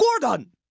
Gordon